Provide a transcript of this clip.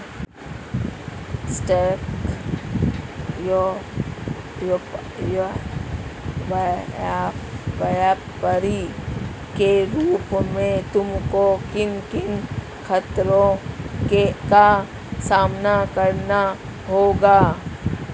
Stock व्यापरी के रूप में तुमको किन किन खतरों का सामना करना होता है?